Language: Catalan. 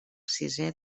sisè